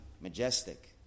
Majestic